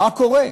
מה קורה.